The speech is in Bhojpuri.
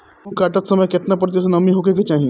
गेहूँ काटत समय केतना प्रतिशत नमी होखे के चाहीं?